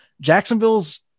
jacksonville's